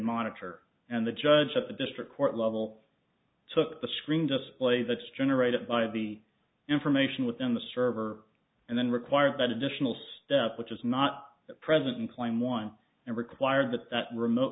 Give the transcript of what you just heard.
monitor and the judge at the district court level took the screen display that's generated by the information within the server and then require that additional step which is not present in claim one and required that that remote